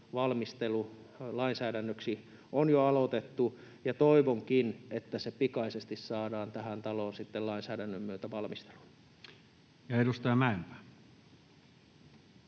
ammattidieselin lainsäädännöksi on jo aloitettu, ja toivonkin, että se pikaisesti saadaan tähän taloon sitten lainsäädännön myötä valmisteluun. [Speech